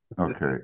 Okay